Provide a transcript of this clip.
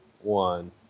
one